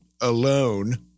alone